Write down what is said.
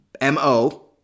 MO